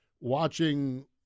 watching